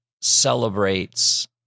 celebrates